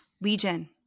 Legion